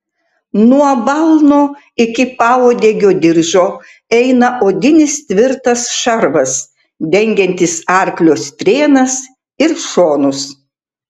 nuo balno iki pauodegio diržo eina odinis tvirtas šarvas dengiantis arklio strėnas ir šonus